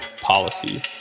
policy